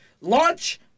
Launch